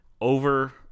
over